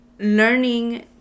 Learning